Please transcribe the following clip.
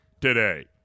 today